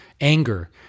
anger